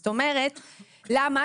למה?